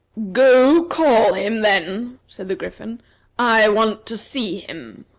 go, call him, then! said the griffin i want to see him.